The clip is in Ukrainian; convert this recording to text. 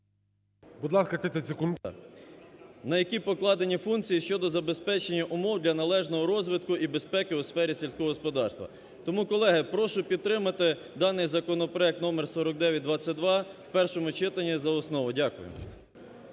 …на які покладені функції щодо забезпечення умов для належного розвитку і безпеки у сфері сільського господарства. Тому, колеги, прошу підтримати даний законопроект номер 4922 в першому читанні за основу. Дякую.